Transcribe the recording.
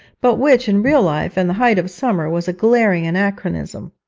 but which, in real life and the height of summer, was a glaring anachronism.